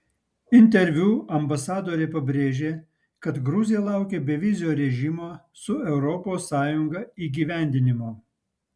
interviu ambasadorė pabrėžė kad gruzija laukia bevizio režimo su europos sąjunga įgyvendinimo